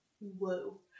whoa